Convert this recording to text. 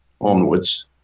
onwards